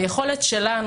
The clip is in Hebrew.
היכולת שלנו,